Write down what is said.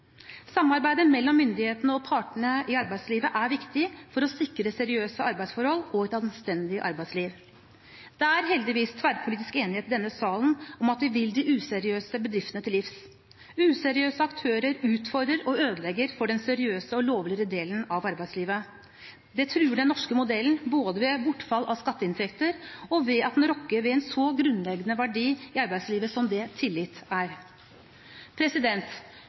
Samarbeidet mellom myndighetene og partene i arbeidslivet er viktig for å sikre seriøse arbeidsforhold og et anstendig arbeidsliv. Det er heldigvis tverrpolitisk enighet i denne salen om at vi vil de useriøse bedriftene til livs. Useriøse aktører utfordrer og ødelegger for den seriøse og mer lovlige delen av arbeidslivet. Dette truer den norske modellen, både ved bortfall av skatteinntekter og ved at det rokker ved en så grunnleggende verdi i arbeidslivet som det tillit er.